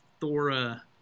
Thora